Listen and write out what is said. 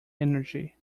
energy